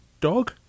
dog